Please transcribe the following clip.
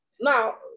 now